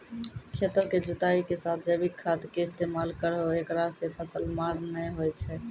खेतों के जुताई के साथ जैविक खाद के इस्तेमाल करहो ऐकरा से फसल मार नैय होय छै?